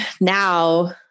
now